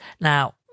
now